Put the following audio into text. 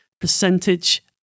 percentage